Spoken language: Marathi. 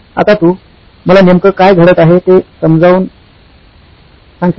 आता तू मला नेमकं काय घडत आहे ते समजावून सांगशील